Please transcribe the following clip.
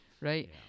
Right